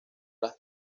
las